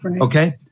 okay